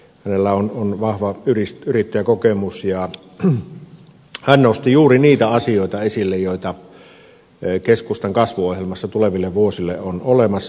hänellä on vahva yrittäjäkokemus ja hän nosti juuri niitä asioita esille joita keskustan kasvuohjelmassa tuleville vuosille on olemassa